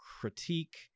critique